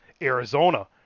Arizona